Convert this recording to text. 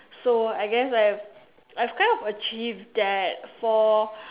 so I guess I have I've kind of achieved that for